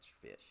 fish